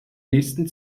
nächsten